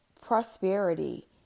prosperity